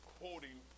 quoting